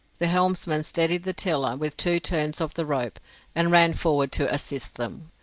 the helmsman steadied the tiller with two turns of the rope and ran forward to assist them.